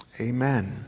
amen